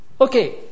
Okay